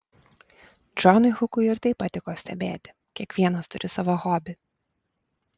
džonui hukui ir tai patiko stebėti kiekvienas turi savo hobį